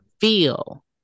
Feel